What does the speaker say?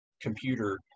computer